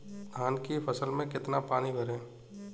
धान की फसल में कितना पानी भरें?